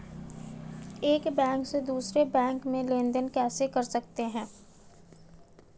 एक बैंक से दूसरे बैंक में लेनदेन कैसे कर सकते हैं?